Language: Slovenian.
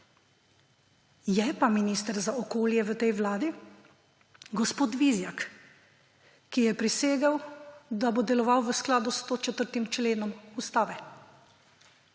Je pa minister za okolje v tej vladi gospod Vizjak, ki je prisegel, da bo deloval v skladu s 104. členom Ustave.